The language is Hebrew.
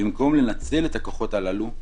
במקום לנצל את כל הכוחות הללו,